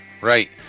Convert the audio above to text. Right